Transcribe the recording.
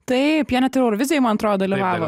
taip jie net eurovizijoj man atrodo dalyvavo